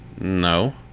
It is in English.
No